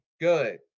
Good